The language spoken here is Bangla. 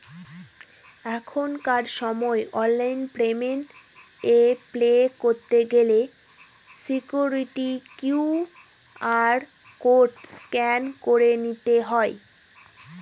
এখনকার সময় অনলাইন পেমেন্ট এ পে করতে গেলে সিকুইরিটি কিউ.আর কোড স্ক্যান করে নিতে হবে